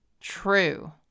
true